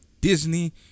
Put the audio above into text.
Disney